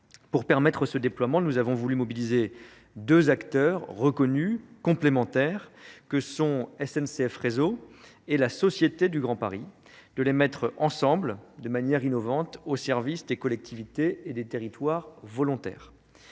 Pour permettre ce déploiement, nous avons voulu mobiliser deux acteurs reconnus complémentaires, que sont S N C F Réseau et la Société du Grand Paris de les mettre ensemble de manière innovante au service des collectivités et des territoires volontaires